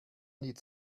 need